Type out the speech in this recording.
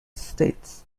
states